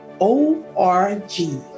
O-R-G